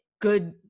good